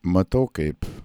matau kaip